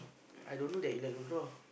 I don't know that you like to draw